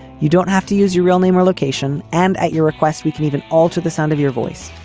you don't have to use your real name or location, and at your request we can even alter the sound of your voice.